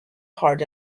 hard